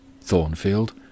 Thornfield